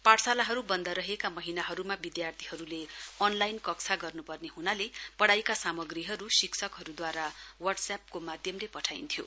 पाठशालाहरू बन्द रहेका महानीहरूमा विद्यार्थीहरू अनलाइन कक्षा गर्न् पर्ने हुनाले पढाईका सामाग्रीहरू शिक्षकहरूद्वारा वाट्सएप को माध्यमले पठाइन्थ्यो